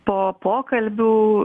po pokalbių